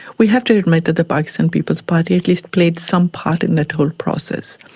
we have to admit that the pakistan people's party at least played some part in that whole process.